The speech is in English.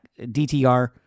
DTR